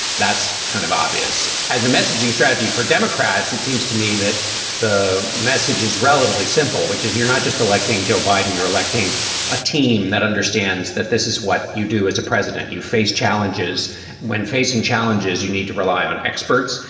that's kind of obvious as a messaging strategy for democrats. it seems to me that the message is relatively simple, which is you're not just electing joe biden, you're electing a team that understands that this is what you do as a president. you face challenges when facing challenges. you need to rely on experts.